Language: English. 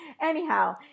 Anyhow